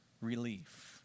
relief